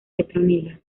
petronila